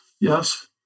Yes